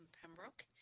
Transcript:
Pembroke